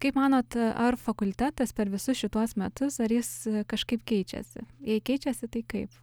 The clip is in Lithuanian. kaip manot ar fakultetas per visus šituos metus ar jis kažkaip keičiasi jei keičiasi tai kaip